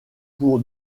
pour